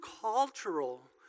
cultural